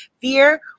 fear